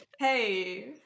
Hey